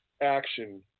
action